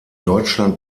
deutschland